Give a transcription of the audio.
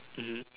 mmhmm